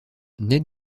ned